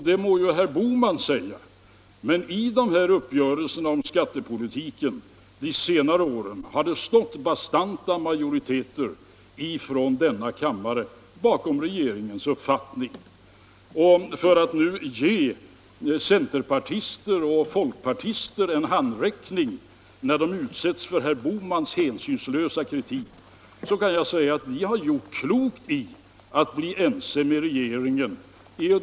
Det må herr Bohman säga, men vid de uppgörelser som på senare år träffats om skattepolitiken har det stått en bastant majoritet i denna kammare bakom regeringens uppfattning. För att nu ge centerpartister och folkpartister en handräckning när de utsätts för herr Bohmans hänsynslösa kritik kan jag säga att de gjort klokt i att bli ense med regeringen.